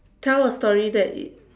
tell a story that is